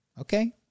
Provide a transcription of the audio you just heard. okay